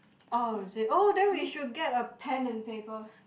oh is it oh then we should get a pen and paper